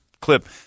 clip